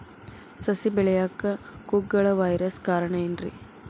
ಸಸಿ ಬೆಳೆಯಾಕ ಕುಗ್ಗಳ ವೈರಸ್ ಕಾರಣ ಏನ್ರಿ?